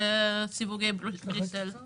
בצו